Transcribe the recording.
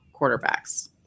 quarterbacks